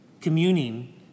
communing